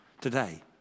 today